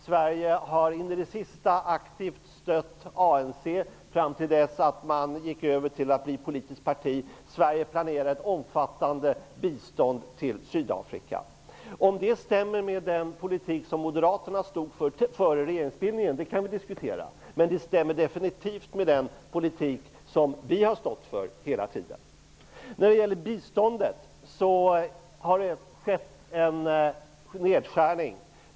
Sverige har in i det sista aktivt stött ANC, fram till dess man gick över till att vara politiskt parti. Sverige planerar ett omfattande bistånd till Sydafrika. Om det stämmer med den politik som Moderaterna stod för före regeringsbildningen kan vi diskutera. Men det stämmer definitivt med den politik som vi har stått för hela tiden. När det gäller biståndet har det skett en nedskärning.